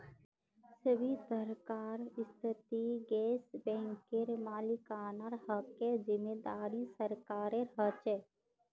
सभी तरहकार स्थितित येस बैंकेर मालिकाना हकेर जिम्मेदारी सरकारेर ह छे